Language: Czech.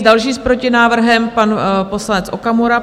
Další s protinávrhem pan poslanec Okamura.